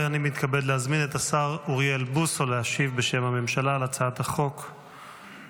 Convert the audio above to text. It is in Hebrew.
אני מתכבד להזמין את השר אוריאל בוסו להשיב על הצעת החוק בשם הממשלה.